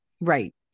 Right